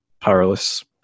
powerless